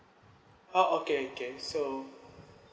oh okay okay so